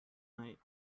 night